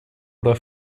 oder